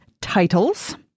Titles